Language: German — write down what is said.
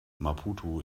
maputo